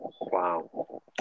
Wow